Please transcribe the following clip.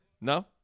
No